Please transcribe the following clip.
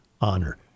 honor